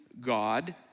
God